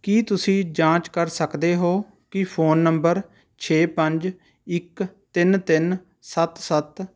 ਕੀ ਤੁਸੀਂ ਜਾਂਚ ਕਰ ਸਕਦੇ ਹੋ ਕਿ ਫ਼ੋਨ ਨੰਬਰ ਛੇ ਪੰਜ ਇੱਕ ਤਿੰਨ ਤਿੰਨ ਸੱਤ ਸੱਤ